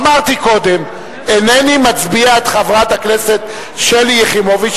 אמרתי קודם: אינני מצביע על ההסתייגות של חברת הכנסת שלי יחימוביץ,